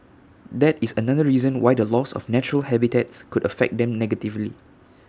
that is another reason why the loss of natural habitats could affect them negatively